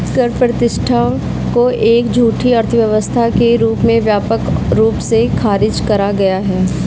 कर प्रतिस्पर्धा को एक झूठी अर्थव्यवस्था के रूप में व्यापक रूप से खारिज करा गया है